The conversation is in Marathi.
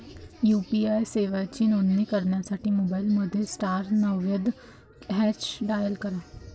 यू.पी.आई सेवांची नोंदणी करण्यासाठी मोबाईलमध्ये स्टार नव्वद हॅच डायल करा